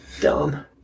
dumb